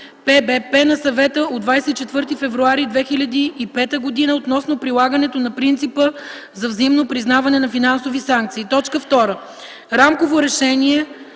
на Съвета от 24 февруари 2005 г. относно прилагането на принципа за взаимно признаване на финансови санкции; 2. Рамково решение